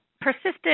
persistent